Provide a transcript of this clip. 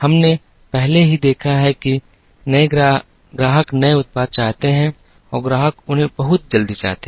हमने पहले ही देखा है कि ग्राहक नए उत्पाद चाहते हैं और ग्राहक उन्हें बहुत जल्दी चाहते हैं